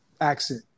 accent